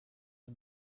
iyo